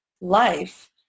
life